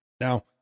Now